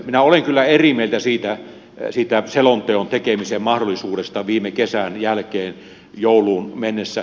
minä olen kyllä eri mieltä siitä selonteon tekemisen mahdollisuudesta viime kesän jälkeen jouluun mennessä